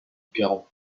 caron